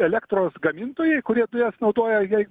elektros gamintojai kurie dujas naudoja jai